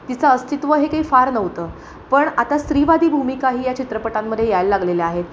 तिचं अस्तित्व हे काही फार नव्हतं पण आता स्त्रीवादी भूमिका ही या चित्रपटांमध्ये यायला लागलेल्या आहेत